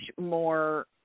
more